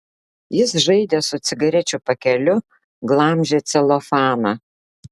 jis žaidė su cigarečių pakeliu glamžė celofaną